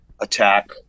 attack